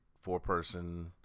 four-person –